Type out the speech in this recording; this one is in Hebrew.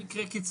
רק במקרי קיצון.